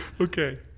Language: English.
Okay